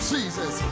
Jesus